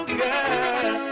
girl